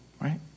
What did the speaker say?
right